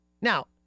Now